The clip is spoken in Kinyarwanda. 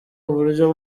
uburyo